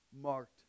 marked